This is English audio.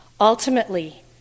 ultimately